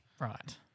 right